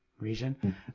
region